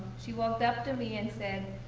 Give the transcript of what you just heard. she walked up to me and said,